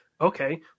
okay